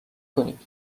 کنید